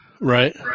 Right